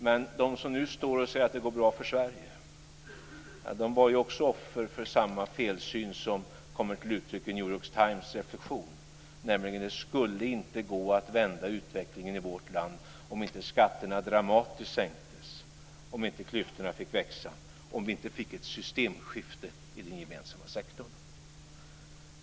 Men de som nu säger att det går bra för Sverige var också offer för samma felsyn som kommer till uttryck i New York Times, nämligen att det inte skulle gå att vända utvecklingen i vårt land om inte skatterna dramatiskt sänktes, om inte klyftorna fick växa, om vi inte fick ett systemskifte i den gemensamma sektorn.